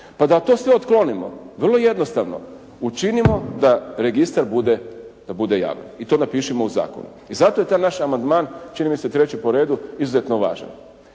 Pa da to sve otklonimo vrlo jednostavno učinimo da registar bude, da bude javan. I to napišimo u zakonu. I zato je taj naš amandman čini mi se treći po redu izuzetno važan.